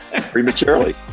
prematurely